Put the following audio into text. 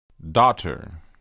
Daughter